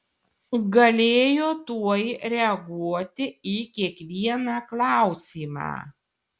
galėjo tuoj reaguoti į kiekvieną klausimą